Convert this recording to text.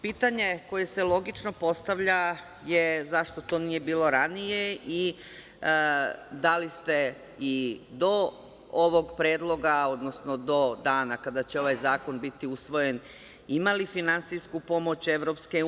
Pitanje koje se logično postavlja je zašto to nije bilo ranije, i da li ste i do ovog predloga, odnosno do dana kada će ovaj zakon biti usvojen imali finansijsku pomoć EU?